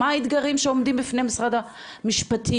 מה האתגרים שעומדים בפני משרד המשפטים,